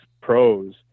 pros